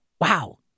Wow